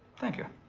thank you.